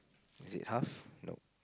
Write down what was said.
is it half nope